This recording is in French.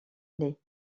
l’est